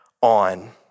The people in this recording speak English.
on